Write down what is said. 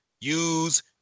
use